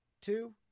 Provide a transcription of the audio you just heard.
two